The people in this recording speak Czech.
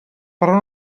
pro